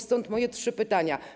Stąd moje trzy pytania.